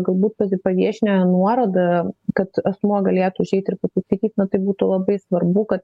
galbūt kad ir paviešinę nuorodą kad asmuo galėtų užeit ir pasikaityt na tai būtų labai svarbu kad